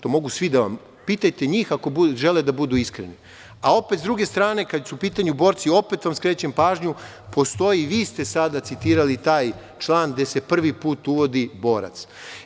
To mogu svi, pitajte njih ako budu želeli da budu iskreni, a opet sa druge strane kada su u pitanju borci, opet vam skrećem pažnju, postoji i vi ste sada citirali taj član gde se prvi put uvodi borac.